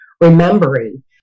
remembering